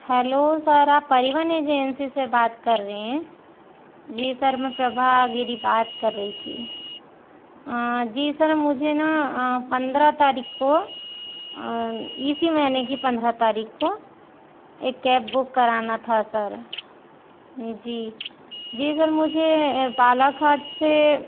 hello sir आप परिवहन agency से बात कर रहे हैं जी सर मैं प्रभा गिरी बात कर रही थी जी सर मुझे न पंद्रह तारीख को इसी महीने की पंद्रह तारीख को एक कैब बुक कराना था सर जी जी सर मुझे बालाघाट से